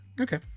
Okay